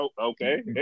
Okay